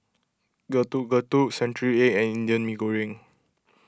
Getuk Getuk Century Egg and Indian Mee Goreng